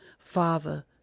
Father